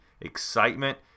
excitement